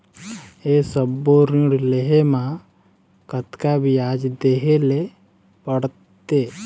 ये सब्बो ऋण लहे मा कतका ब्याज देहें ले पड़ते?